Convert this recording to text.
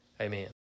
Amen